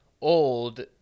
old